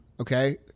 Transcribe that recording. Okay